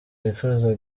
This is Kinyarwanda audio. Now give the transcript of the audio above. bifuza